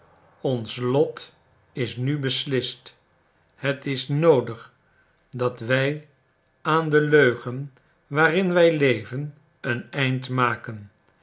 ons lot is nu beslist het is noodig dat wij aan den leugen waarin wij leven een eind maken